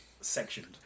Sectioned